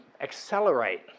accelerate